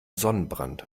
sonnenbrand